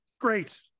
great